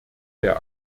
der